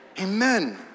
Amen